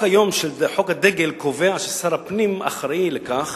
כיום חוק הדגל קובע ששר הפנים אחראי לכך